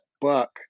Buck